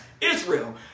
israel